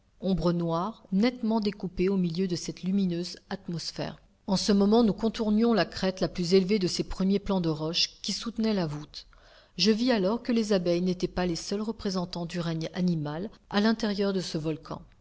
ombres noires nettement découpées au milieu de cette lumineuse atmosphère en ce moment nous contournions la crête la plus élevée de ces premiers plans de roches qui soutenaient la voûte je vis alors que les abeilles n'étaient pas les seuls représentants du règne animal à l'intérieur de ce volcan